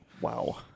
Wow